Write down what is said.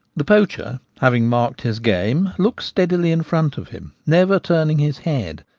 the poacher, having marked his game, looks steadily in front of him, never turning his head,